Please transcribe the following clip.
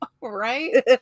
Right